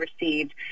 received